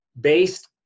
based